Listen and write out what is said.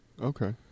Okay